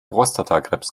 prostatakrebs